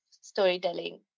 storytelling